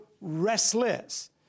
restless